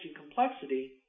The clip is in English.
complexity